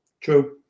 True